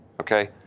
okay